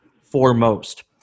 foremost